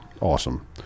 awesome